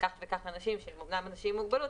מספר רב של אנשים עם מוגבלות.